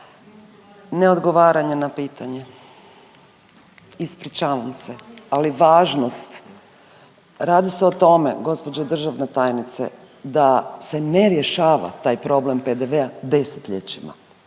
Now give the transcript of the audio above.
Neodgovaranje na pitanje. Ispričavam se, ali važnost, radi se o tome gospođo državna tajnice da se ne rješava taj problem PDV-a desetljećima.